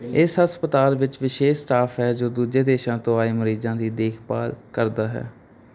ਇਸ ਹਸਪਤਾਲ ਵਿੱਚ ਵਿਸ਼ੇਸ਼ ਸਟਾਫ ਹੈ ਜੋ ਦੂਜੇ ਦੇਸ਼ਾਂ ਤੋਂ ਆਏ ਮਰੀਜ਼ਾਂ ਦੀ ਦੇਖਭਾਲ ਕਰਦਾ ਹੈ